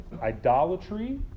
Idolatry